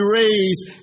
raised